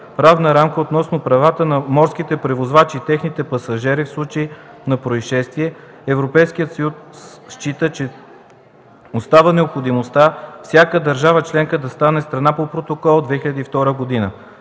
правна рамка относно правата на морските превозвачи и техните пасажери в случай на произшествие, Европейският съвет счита, че остава необходимостта всяка държава членка да стане страна по протокола от 2002 г.